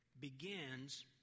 begins